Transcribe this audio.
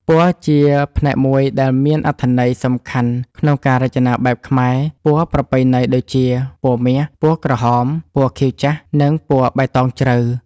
ពណ៌ជាផ្នែកមួយដែលមានអត្ថន័យសំខាន់ក្នុងការរចនាបែបខ្មែរ ពណ៌ប្រពៃណីដូចជា ពណ៌មាស ពណ៌ក្រហម ពណ៌ខៀវចាស់ និងពណ៌បៃតងជ្រៅ។